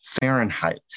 Fahrenheit